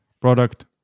product